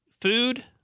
food